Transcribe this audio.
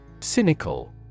Cynical